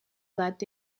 doit